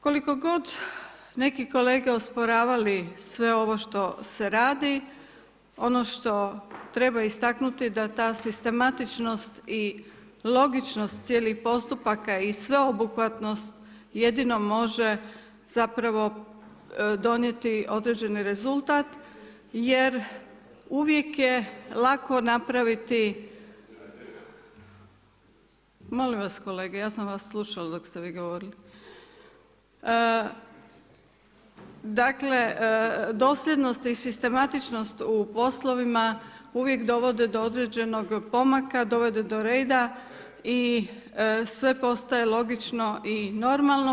Koliko god, neki kolege osporavali, sve ono što se radi, ono što treba istaknuti, da ta sistematičnost i logičnost cijelih postupaka i sveobuhvatnost, jedino može zapravo donijeti određeni rezultat, jer uvijek je lako napraviti, molim vas kolege, ja sam vas slušala, dok ste vi govorili, dakle, dosljednosti i sistematičnost u poslovima, uvijek dovode do određenog pomaka, dovede do reda i sve postaje logično i normalno.